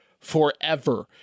Forever